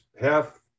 half